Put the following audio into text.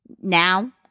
Now